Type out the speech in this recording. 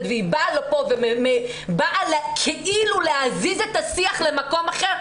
והיא באה לכאן ובאה כאילו להזיז את השיח למקום אחר,